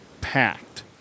packed